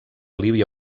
líbia